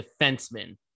defenseman